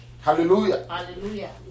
Hallelujah